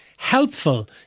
helpful